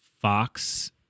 fox